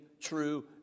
true